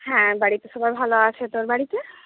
হ্যাঁ বাড়িতে সবাই ভালো আছে তোর বাড়িতে